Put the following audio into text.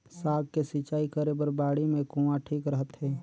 साग के सिंचाई करे बर बाड़ी मे कुआँ ठीक रहथे?